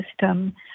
system